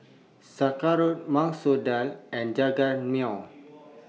Sauerkraut Masoor Dal and Jajangmyeon